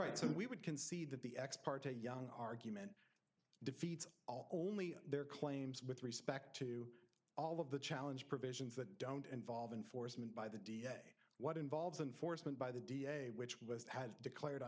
right so we would concede that the ex parte young argument defeats only their claims with respect to all of the challenge provisions that don't involve enforcement by the d n a what involves an foresman by the da which was declared